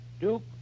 Duke